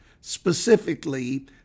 specifically